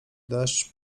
deszcz